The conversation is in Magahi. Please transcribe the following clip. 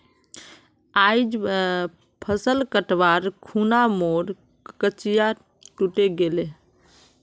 आइज फसल कटवार खूना मोर कचिया टूटे गेले